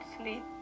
sleep